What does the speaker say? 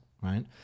right